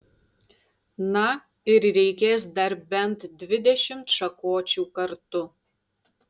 na ir reikės dar bent dvidešimt šakočių kartu